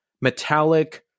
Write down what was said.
metallic